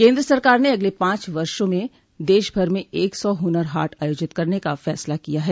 केन्द्र सरकार ने अगले पांच वर्ष में देशभर में एक सौ हुनर हाट आयोजित करने का फसला किया है